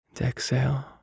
Exhale